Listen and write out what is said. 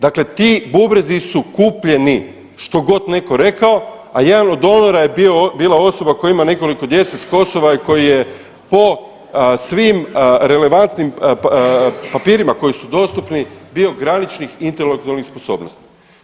Dakle, ti bubrezi su kupljeni što god netko rekao, a jedan od donora je bio, bila osoba koja ima nekoliko djece s Kosova i koji je po svim relevantnim papirima koji su dostupni bio graničnih intelektualnih sposobnosti.